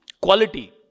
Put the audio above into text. quality